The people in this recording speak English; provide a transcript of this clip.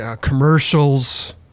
commercials